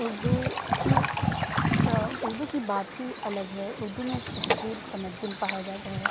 اردو کی اردو کی بات ہی الگ ہے اردو میں ایک تہذیب تمدن پایا جاتا ہے